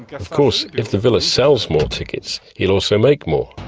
of course, if the villa sells more tickets, he'll also make more.